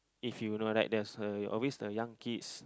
if you know right there is always uh always the young kids